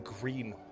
green